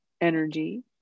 energy